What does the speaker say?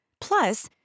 plus